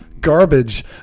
garbage